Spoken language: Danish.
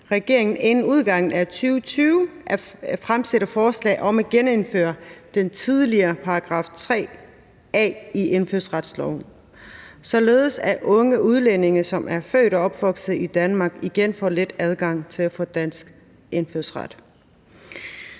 regeringen inden udgangen af 2020 at fremsætte forslag om at genindføre den tidligere § 3 A i indfødsretsloven, således at unge udlændinge, som er født og opvokset i Danmark, igen får let adgang til at få dansk indfødsret.